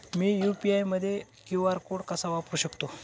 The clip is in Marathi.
मी यू.पी.आय मध्ये क्यू.आर कोड कसा वापरु शकते?